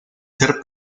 ser